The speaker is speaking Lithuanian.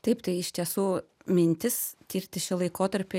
taip tai iš tiesų mintis tirti šį laikotarpį